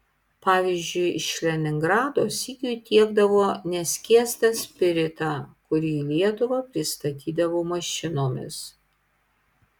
pavyzdžiui iš leningrado sigiui tiekdavo neskiestą spiritą kurį į lietuvą pristatydavo mašinomis